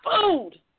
food